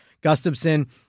Gustafson